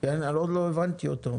עוד לא הבנתי אותו.